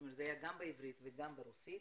גם בעברית וגם ברוסית,